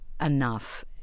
enough